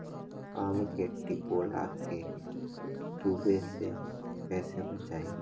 आम के टिकोला के तुवे से कैसे बचाई?